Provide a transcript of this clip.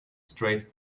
straight